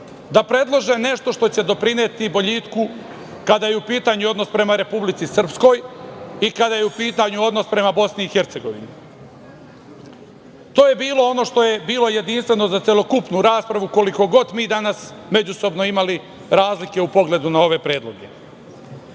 da predlože nešto što će doprineti boljitku kada je u pitanju odnos prema Republici Srpskoj i kada je u pitanju odnos prema BiH. To je bilo ono što je bilo jedinstveno za celokupnu raspravu, koliko god mi danas međusobno imali razlike u pogledu na ove predloge.